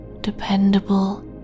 dependable